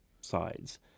sides